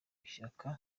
ishyaka